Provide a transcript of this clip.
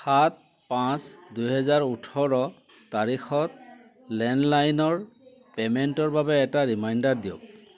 সাত পাঁচ দুহেজাৰ ওঠৰ তাৰিখত লেণ্ডলাইনৰ পে'মেণ্টৰ বাবে এটা ৰিমাইণ্ডাৰ দিয়ক